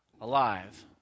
alive